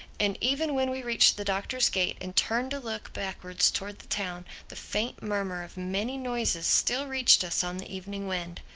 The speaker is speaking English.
and even when we reached the doctor's gate and turned to look backwards towards the town, the faint murmur of many voices still reached us on the evening wind.